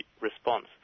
response